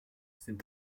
sind